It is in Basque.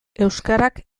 euskarak